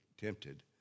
tempted